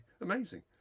amazing